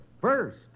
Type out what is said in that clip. First